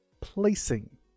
placing